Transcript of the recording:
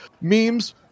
memes